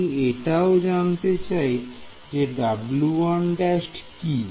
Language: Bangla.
আমি এটাও জানতে চাই যে W1' কি